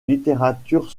littérature